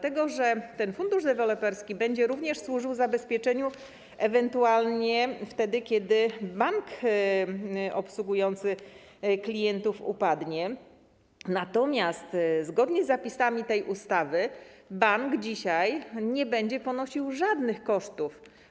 Ten fundusz deweloperski będzie również służył zabezpieczeniu wtedy, kiedy bank obsługujący klientów upadnie, natomiast zgodnie z zapisami tej ustawy bank dzisiaj nie będzie ponosił żadnych kosztów.